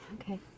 Okay